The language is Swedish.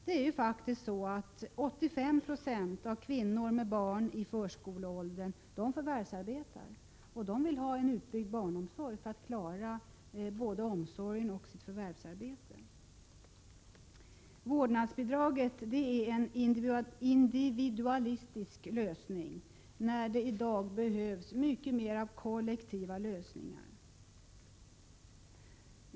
Det är faktiskt 85 960 av kvinnor med barn i förskoleåldern som förvärvsarbetar, och de vill ha en utbyggd barnomsorg för att klara både omsorgen och sitt förvärvsarbete. Vårdnadsbidraget är en individualistisk lösning, när det i dag behövs mycket mer kollektiva lösningar.